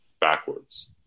backwards